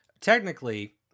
technically